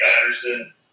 Patterson